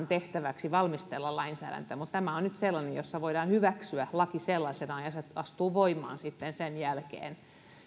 tehtäväksi valmistella lainsäädäntö mutta tämä on nyt sellainen jossa voidaan hyväksyä laki sellaisenaan ja se astuu voimaan sitten sen jälkeen